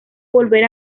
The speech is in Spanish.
volver